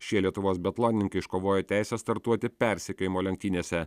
šie lietuvos biatlonininkai iškovojo teisę startuoti persekiojimo lenktynėse